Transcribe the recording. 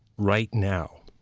right now.